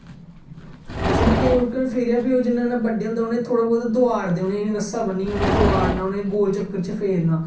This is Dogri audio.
शिड़के उप्पर फिरयै फिह् ओह् जियां जियां बड़्डे होंदे उनेंगी थोह्ड़ा बहूत दवाड़दे उनेंगी रस्सा बन्नियै दवाड़ना उंहेगी गौल चक्कर च फेरना